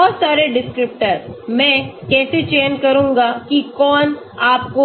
बहुत सारे डिस्क्रिप्टर मैं कैसे चयन करूंगा कि कौन आपको